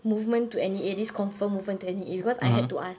movement to N_E_A this confirmed movement to N_E_A because I had to ask